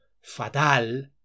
fatal